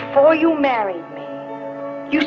before you married you